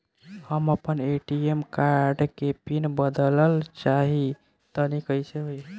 हम आपन ATM card के पीन बदलल चाहऽ तनि कइसे होई?